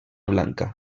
blanca